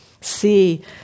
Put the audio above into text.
see